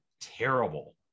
terrible